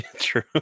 true